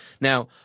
Now